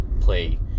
play